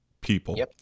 people